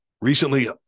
recently